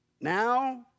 now